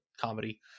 comedy